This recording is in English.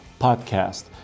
podcast